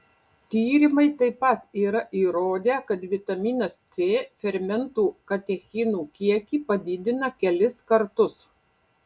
tyrimai taip pat yra įrodę kad vitaminas c fermentų katechinų kiekį padidina kelis kartus